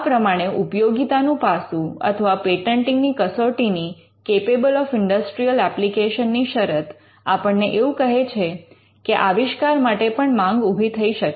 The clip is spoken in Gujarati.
આ પ્રમાણે ઉપયોગિતાનું પાસુ અથવા પેટન્ટિંગની કસોટીની 'કેપેબલ ઑફ ઇન્ડસ્ટ્રિઅલ એપ્લિકેશન' ની શરત આપણને એવું કહે છે કે આવિષ્કાર માટે પણ માંગ ઊભી થઈ શકે